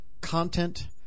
content